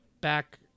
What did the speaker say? back